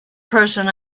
person